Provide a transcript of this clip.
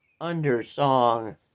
undersong